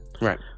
Right